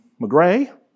McGray